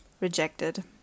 rejected